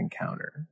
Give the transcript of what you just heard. encounter